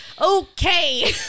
Okay